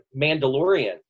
Mandalorian